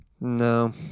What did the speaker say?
No